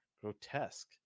grotesque